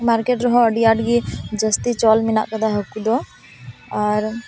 market ᱨᱮᱦᱚᱸ ᱟ ᱰᱤ ᱟᱸᱴ ᱜᱤ ᱡᱟᱥᱛᱤ ᱪᱚᱞ ᱢᱮᱱᱟᱜ ᱟᱠᱟᱫᱟ ᱦᱟᱹᱠᱩ ᱫᱚ ᱟᱨ